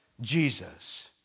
Jesus